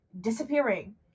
disappearing